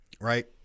Right